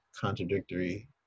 contradictory